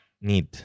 need